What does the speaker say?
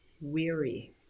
weary